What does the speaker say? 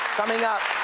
coming up,